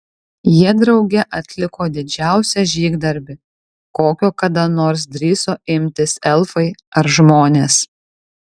jie drauge atliko didžiausią žygdarbį kokio kada nors drįso imtis elfai ar žmonės